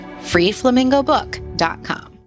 FreeFlamingoBook.com